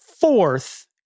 fourth